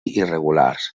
irregulars